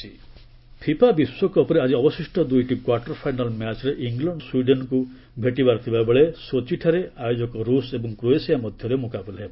FIFA FIFA ବିଶ୍ୱକପ୍ରେ ଆଜି ଅବଶିଷ୍ଟ ଦୁଇଟି କ୍ୱାର୍ଟର ଫାଇନାଲ୍ ମ୍ୟାଚ୍ରେ ଇଂଲଣ୍ଡ ସ୍ୱିଡେନ୍କୁ ଭେଟିବାର ଥିବାବେଳେ ସୋଚିଠାରେ ଆୟୋଜକ ରୁଷ୍ ଏବଂ କ୍ରୋଏସିଆ ମଧ୍ୟରେ ମୁକାବିଲା ହେବ